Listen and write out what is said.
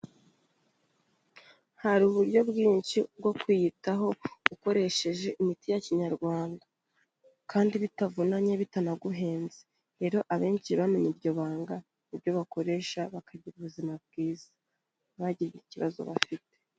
Hari uburyo bwinshi bwo kwiyitaho ukoresheje imiti ya kinyarwanda kandi bitavunanye bitanaguhenze. Rero abenshi bamenye iryo banga, niryo bakoresha bakagira ubuzima bwiza, nta kindi kibazo bafite.